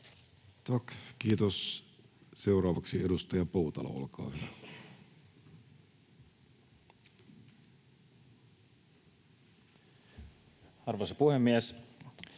kiitos. — Seuraavaksi edustaja Poutala, olkaa hyvä. [Speech